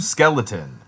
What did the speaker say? Skeleton